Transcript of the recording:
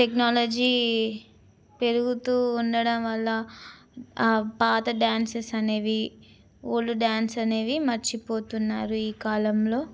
technology పెరుగుతూ ఉండడం వల్ల పాత డ్యాన్సెస్ అనేవి ఓల్డ్ డ్యాన్స్ అనేవి మర్చిపోతున్నారు ఈ కాలంలో